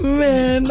man